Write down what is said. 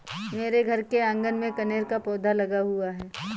मेरे घर के आँगन में कनेर का पौधा लगा हुआ है